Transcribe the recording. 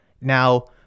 now